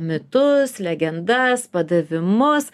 mitus legendas padavimus